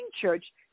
church